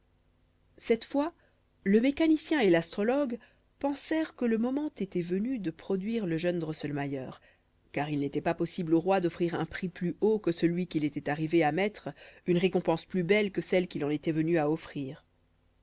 cette fois le mécanicien et l'astrologue pensèrent que le moment était venu de produire le jeune drosselmayer car il n'était pas possible au roi d'offrir un prix plus haut que celui qu'il était arrivé à mettre une récompense plus belle que celle qu'il en était venu à offrir